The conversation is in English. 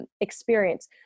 experience